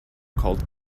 called